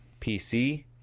pc